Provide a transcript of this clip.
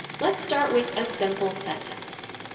let's start with a simple sentence.